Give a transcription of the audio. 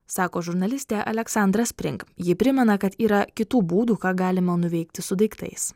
sako žurnalistė aleksandra spring ji primena kad yra kitų būdų ką galima nuveikti su daiktais